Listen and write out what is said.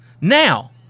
Now